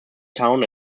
town